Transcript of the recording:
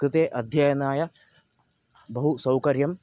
कृते अध्ययनाय बहुसौकर्यम्